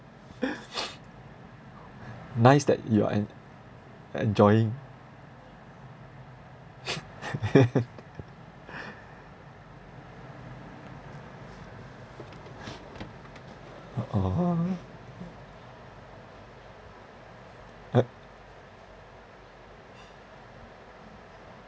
nice that you are en~ enjoying uh oh uh